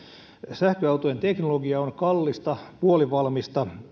sähköautojen teknologia on kallista puolivalmista